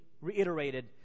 reiterated